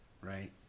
right